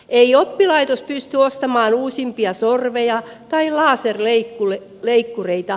ei oppilaitos pysty ostamaan uusimpia sorveja tai laserleikkureita noin vain